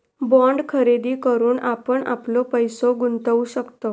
bond खरेदी करून आपण आपलो पैसो गुंतवु शकतव